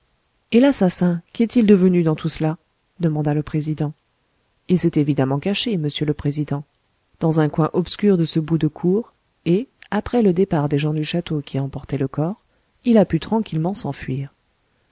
et l'assassin qu'est-il devenu dans tout cela demanda le président il s'est évidemment caché monsieur le président dans un coin obscur de ce bout de cour et après le départ des gens du château qui emportaient le corps il a pu tranquillement s'enfuir